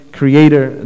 creator